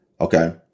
Okay